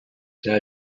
serà